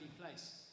place